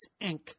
Inc